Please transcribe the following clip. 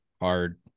hard